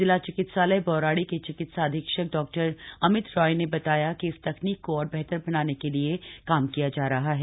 जिला चिकित्सालय बौराड़ी के चिकित्सा अधीक्षक डॉ अमित राय ने बताया कि इस तकनीक को और बेहतर बनाने के लिए काम किया जा रहा है